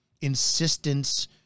insistence